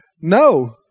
No